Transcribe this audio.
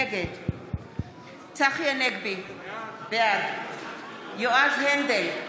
נגד צחי הנגבי, בעד יועז הנדל,